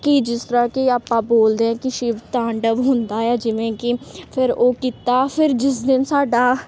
ਕਿ ਜਿਸ ਤਰ੍ਹਾਂ ਕਿ ਆਪਾਂ ਬੋਲਦੇ ਹਾਂ ਕਿ ਸ਼ਿਵ ਤਾਂਡਵ ਹੁੰਦਾ ਆ ਜਿਵੇਂ ਕਿ ਫਿਰ ਉਹ ਕੀਤਾ ਫਿਰ ਜਿਸ ਦਿਨ ਸਾਡਾ